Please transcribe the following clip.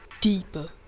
deeper